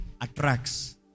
attracts